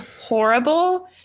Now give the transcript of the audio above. horrible